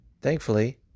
thankfully